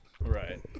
Right